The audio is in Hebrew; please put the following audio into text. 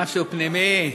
משהו פנימי.